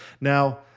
Now